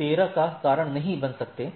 13 का कारण नहीं बन सकते